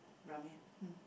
Ramen